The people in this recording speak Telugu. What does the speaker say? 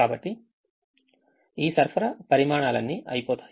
కాబట్టి ఈ సరఫరా పరిమాణాలన్నీ అయిపోతాయి